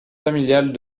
familiale